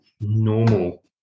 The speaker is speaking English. normal